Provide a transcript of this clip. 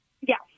Yes